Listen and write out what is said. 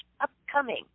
upcoming